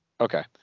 Okay